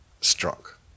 struck